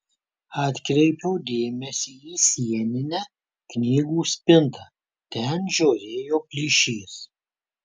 atkreipiau dėmesį į sieninę knygų spintą ten žiojėjo plyšys